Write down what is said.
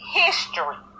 history